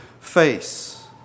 face